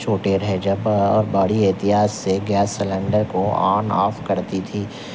چھوٹے رہے جب اور بڑی احتیاط سے گیس سلینڈر کو آن آف کرتی تھی